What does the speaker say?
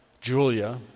Julia